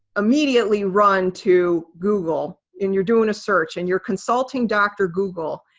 immediately run to google. and you're doing a search, and you're consulting dr. google.